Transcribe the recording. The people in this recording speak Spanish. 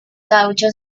caucho